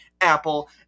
Apple